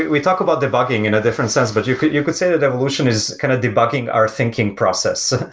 we talk about debugging in a different sense, but you could you could say that evolution is kind of debugging our thinking process,